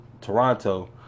Toronto